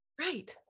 right